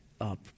up